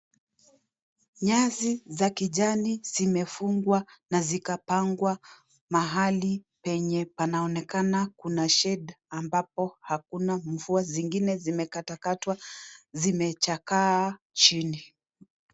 Nyasi za kijani zimefungwa na zikapangwa mahali penye panaonekana kuna shade ambapo hakuna mvua. Zingine zimekatwa katwa zingine zimechakaa chini.